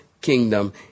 kingdom